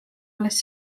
alles